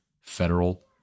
federal